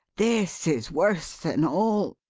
this is worse than all.